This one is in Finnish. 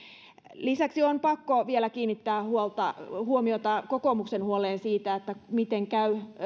lisäksi on pakko vielä kiinnittää huomiota kokoomuksen huoleen siitä miten käy